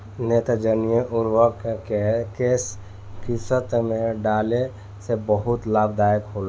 नेत्रजनीय उर्वरक के केय किस्त में डाले से बहुत लाभदायक होला?